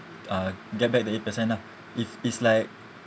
uh get back the eight percent lah if it's like